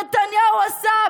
נתניהו עשה,